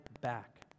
back